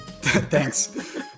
thanks